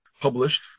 published